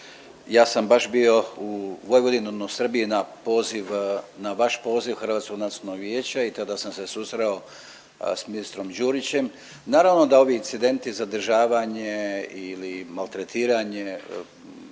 ja sam baš bio u Vojvodini, Srbiji na poziv, na vaš poziv Hrvatskog nacionalnog vijeća i tada sam se susreo sa ministrom Đurićem. Naravno da ovi incidenti zadržavanje ili maltretiranje